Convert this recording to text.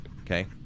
Okay